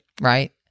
Right